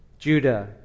Judah